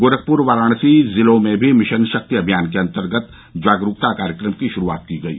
गोरखपुर वाराणसी जिलों में भी मिशन शक्ति अभियान के अन्तर्गत जागरूकता कार्यक्रम की शुरूआत की गयी